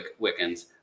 Wiccans